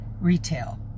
retail